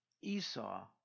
Esau